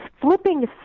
flipping